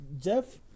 Jeff